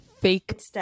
fake